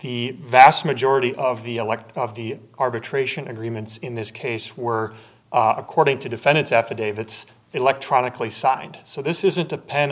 the vast majority of the elect of the arbitration agreements in this case were according to defendants affidavits electronically signed so this isn't depen